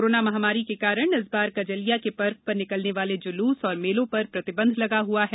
corona महामारी के कारण इस बार कजलिया के पर्व पर निकलने वाले जुलूस और मेलों पर प्रतिबंध लगा हुआ है